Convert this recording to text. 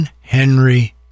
henry